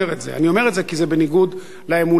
אני אומר את זה כי זה בניגוד לאמונה שלנו,